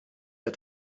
der